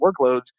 workloads